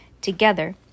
together